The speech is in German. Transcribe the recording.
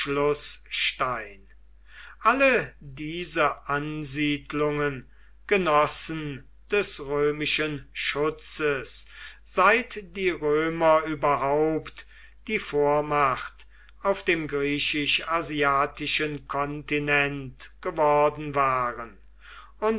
alle diese ansiedlungen genossen des römischen schutzes seit die römer überhaupt die vormacht auf dem griechisch asiatischen kontinent geworden waren